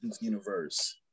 universe